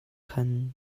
khan